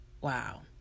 wow